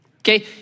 Okay